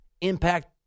impact